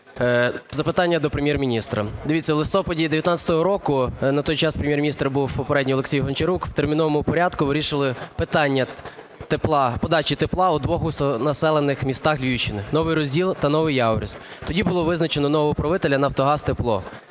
Запитання до Прем'єр-міністра. Дивіться, в листопаді 2019 року, на той час Прем'єр-міністр був попередній Олексій Гончарук, в терміновому порядку вирішували питання подачі тепла у двох густонаселених містах Львівщини – Новий Розділ та Новояворівськ. Тоді було визначено нового правителя "Нафтогаз Тепло".